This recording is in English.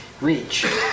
reach